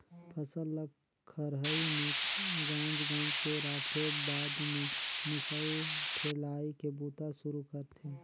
फसल ल खरही में गांज गांज के राखेब बाद में मिसाई ठेलाई के बूता सुरू करथे